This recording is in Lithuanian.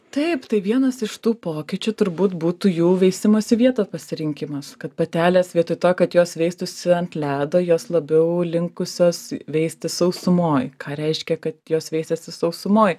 taip tai vienas iš tų pokyčių turbūt būtų jų veisimosi vietos pasirinkimas kad patelės vietoj to kad jos veistųsi ant ledo jos labiau linkusios veistis sausumoj ką reiškia kad jos veisiasi sausumoj